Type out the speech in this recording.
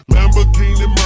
Lamborghini